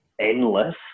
endless